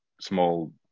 small